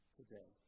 today